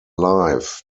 life